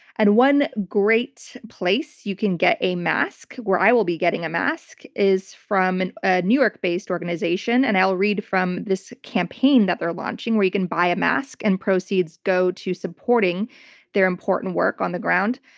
and one great place you can get a mask, where i will be getting a mask, is from and a new york-based organization. and i'll read from this campaign that they're launching, where you can buy a mask and proceeds go to supporting their important work on the ground.